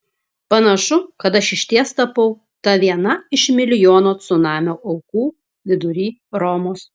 panašu kad aš išties tapau ta viena iš milijono cunamio aukų vidury romos